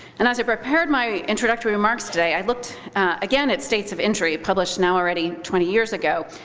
and as i prepared my introductory remarks today, i looked again at states of injury, published now already twenty years ago,